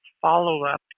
follow-up